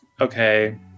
okay